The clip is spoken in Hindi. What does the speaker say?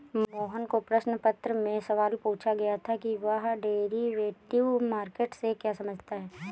मोहन को प्रश्न पत्र में सवाल पूछा गया था कि वह डेरिवेटिव मार्केट से क्या समझता है?